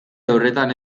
horretan